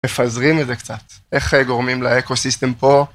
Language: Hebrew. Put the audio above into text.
מפזרים את זה קצת, איך גורמים לאקו סיסטם פה.